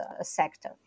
sector